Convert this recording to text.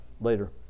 later